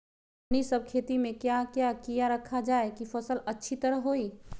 हमने सब खेती में क्या क्या किया रखा जाए की फसल अच्छी तरह होई?